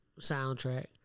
soundtrack